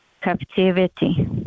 captivity